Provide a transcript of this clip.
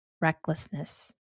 recklessness